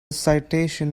citation